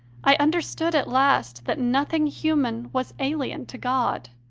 i understood at last that nothing human was alien to god,